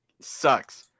sucks